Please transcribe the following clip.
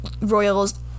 royals